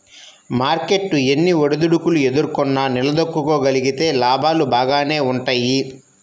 market ఎన్ని ఒడిదుడుకులు ఎదుర్కొన్నా నిలదొక్కుకోగలిగితే లాభాలు బాగానే వుంటయ్యి